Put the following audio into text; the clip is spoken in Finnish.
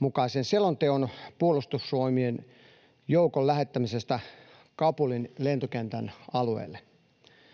mukaisen selonteon Puolustusvoimien joukon lähettämisestä Kabulin lentokentän alueelle.